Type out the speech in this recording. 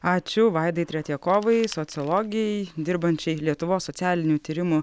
ačiū vaidai tretjakovai sociologei dirbančiai lietuvos socialinių tyrimų